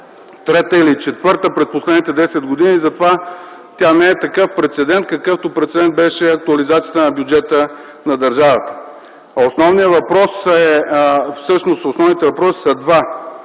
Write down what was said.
трета или четвърта през последните десет години. Затова тя не е такъв прецедент, какъвто прецедент беше актуализацията на бюджета на държавата. Всъщност основните въпроси са два: